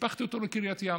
סיפחתי אותו לקריית ים.